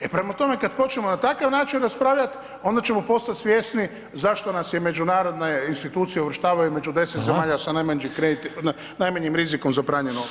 E prema tome, kad počnemo na takav način raspravljat onda ćemo postat svjesni zašto nas međunarodne institucije uvrštavaju među 10 zemalja sa najmanjim rizikom za pranje novca.